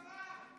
מתביישים.